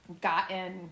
gotten